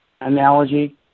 analogy